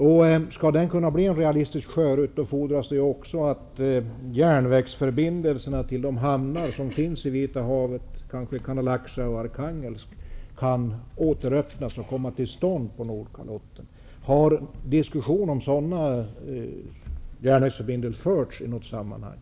För att den skall kunna bli det fordras bl.a. att järnvägsförbindelserna med de hamnar som finns vid Vita havet, kanske med Kandalaksja och Har någon diskussion om sådana järnvägsförbindelser förts i något sammanhang?